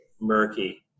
murky